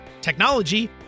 technology